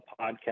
podcast